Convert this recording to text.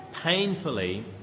painfully